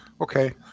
Okay